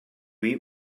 eat